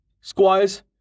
Squires